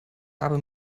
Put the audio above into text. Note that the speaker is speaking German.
habe